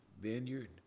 vineyard